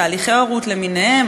תהליכי הורות למיניהם,